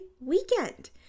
weekend